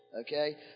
okay